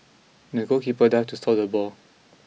the goalkeeper dived to stop the ball